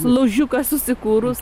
laužiuką susikūrus